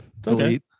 Delete